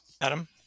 adam